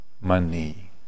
money